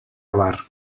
avar